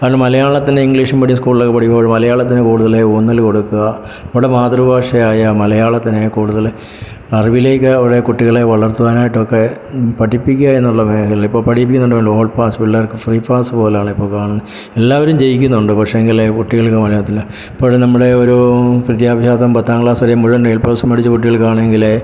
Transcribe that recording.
അത് മലയാളത്തിൻ്റെ English medium സ്കൂളിലൊക്കെ പഠിക്കുമ്പോഴ് മലയാളത്തിന് കൂടുതലായി ഊന്നൽ കൊടുക്കുക നമ്മുടെ മാതൃഭാഷയായ മലയാളത്തിന് കൂടുതൽ അറിവിലേക്ക് അവിടെ കുട്ടികളെ വളർത്തുവാനായിട്ടൊക്കെ പഠിപ്പിക്കുക എന്നുള്ള മേഖല ഇപ്പം പഠിപ്പിക്കുന്നുണ്ട് ഓൾ പാസ് പിള്ളേർക്ക് ഫ്രീ പാസ് പോലെയാണ് ഇപ്പോൾ കാണുന്നത് എല്ലാവരും ജയിക്കുന്നുണ്ട് പക്ഷെയെങ്കിൽ കുട്ടികൾക്ക് മലയാളത്തിൽ ഇപ്പോഴും നമ്മുടെയൊരു വിദ്യാഭ്യാസം പത്താം ക്ളാസ് വരെയും മുഴുവൻ എ പ്ലസ് വേടിച്ച കുട്ടികൾക്ക് ആണെങ്കിൽ